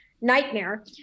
nightmare